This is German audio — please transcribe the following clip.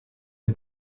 der